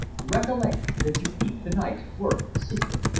recollect that you keep to-night's work secret.